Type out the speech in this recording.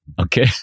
Okay